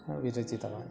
विरचितवान्